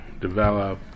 develop